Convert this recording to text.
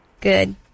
good